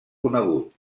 conegut